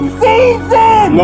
season